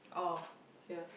oh here